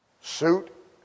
Suit